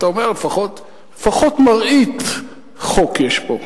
אתה אומר: לפחות מראית חוק יש פה.